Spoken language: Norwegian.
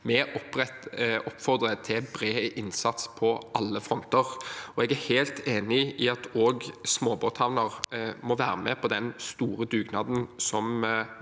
vi oppfordrer til bred innsats på alle fronter. Jeg er helt enig i at også småbåthavner må være med på den store dugnaden